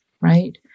right